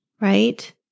right